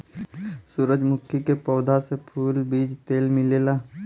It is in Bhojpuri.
सूरजमुखी के पौधा से फूल, बीज तेल मिलेला